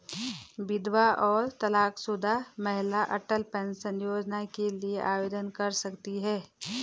विधवा और तलाकशुदा महिलाएं अटल पेंशन योजना के लिए आवेदन कर सकती हैं